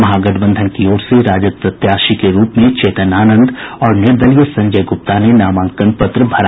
महागठबंधन की ओर से राजद प्रत्याशी के रूप में चेतन आनंद और निर्दलीय संजय गुप्ता ने नामांकन पत्र भरा